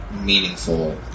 meaningful